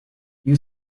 you